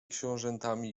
książętami